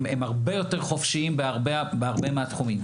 הם הרבה יותר חופשיים בהרבה מהתחומים,